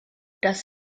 das